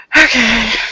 Okay